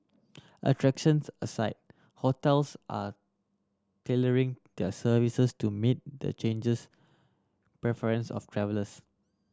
attractions aside hotels are tailoring their services to meet the changes preferences of travellers